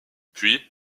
puis